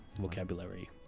vocabulary